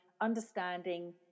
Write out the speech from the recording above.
understanding